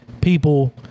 people